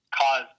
cause